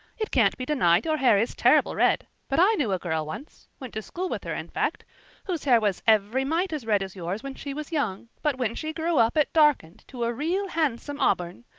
it can't be denied your hair is terrible red but i knew a girl once went to school with her, in fact whose hair was every mite as red as yours when she was young, but when she grew up it darkened to a real handsome auburn.